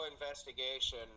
investigation